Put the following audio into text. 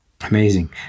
Amazing